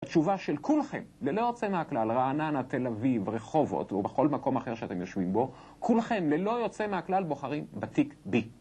התשובה של כולכם, ללא יוצא מהכלל, רעננה, תל אביב, רחובות, או בכל מקום אחר שאתם יושבים בו, כולכם, ללא יוצא מהכלל, בוחרים בתיק B.